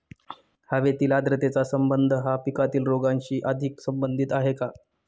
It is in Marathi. हवेतील आर्द्रतेचा संबंध हा पिकातील रोगांशी अधिक संबंधित आहे का?